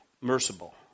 merciful